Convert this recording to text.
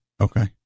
Okay